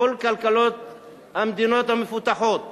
כל כלכלות המדינות המפותחות קורסות,